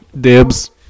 Dibs